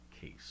case